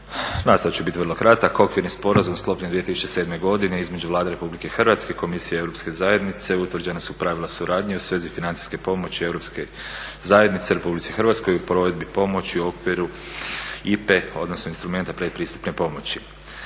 Nastojati ću biti vrlo kratak. Okvirni sporazum sklopljen 2007. godine između Vlade Republike Hrvatske i Komisije Europske zajednice, utvrđena su pravila suradnje u svezi financijske pomoći Europske zajednice Republici Hrvatskoj u provedbi pomoći u okviru IPA-e odnosno instrumenta predpristupne pomoći.